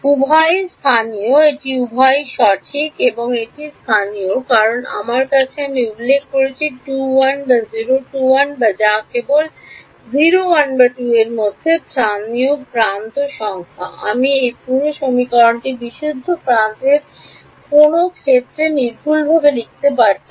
উভয়ই স্থানীয় এটি উভয়ই সঠিক এবং এটি স্থানীয় কারণ আমার কাছে আমি উল্লেখ করেছি 2 1 বা 0 2 1 যা কেবল 0 1 বা 2 এর মধ্যে স্থানীয় প্রান্ত সংখ্যা আমি এই পুরো সমীকরণটি বিশুদ্ধ প্রান্তের ক্ষেত্রেও নির্ভুলভাবে লিখতে পারতাম